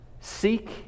seek